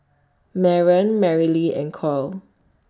Barron Marilee and Coy